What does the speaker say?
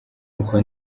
uko